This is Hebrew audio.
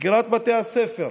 סגירת בתי הספר,